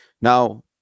Now